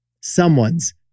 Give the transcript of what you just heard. Someone's